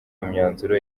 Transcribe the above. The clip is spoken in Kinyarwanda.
imyanzuro